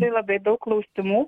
tai labai daug klausimų